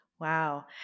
Wow